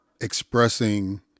expressing